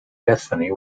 destiny